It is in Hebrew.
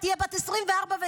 היא תהיה בת 24 ו-25,